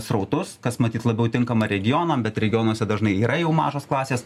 srautus kas matyt labiau tinkama regionam bet regionuose dažnai yra jau mažos klasės